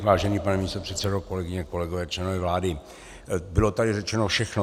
Vážený pane místopředsedo, kolegyně, kolegové, členové vlády, bylo tady řečeno všechno.